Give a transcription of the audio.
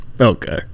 Okay